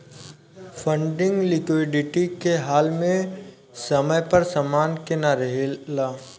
funding liquidity के हाल में समय पर समान के ना रेहला